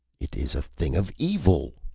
it is a thing of evil,